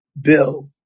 bill